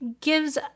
gives